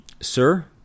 Sir